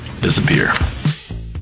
disappear